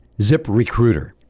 ZipRecruiter